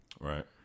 Right